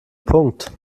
punkt